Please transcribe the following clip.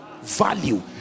Value